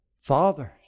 Fathers